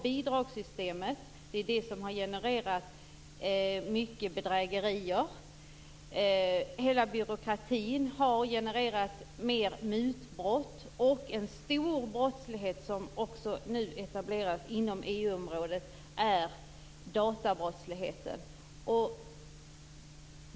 Bidragssystemet har t.ex. genererat många bedrägerier. Hela byråkratin har genererat fler mutbrott. En stor brottslighet som nu också etableras inom EU-området är databrottsligheten.